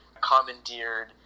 commandeered